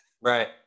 right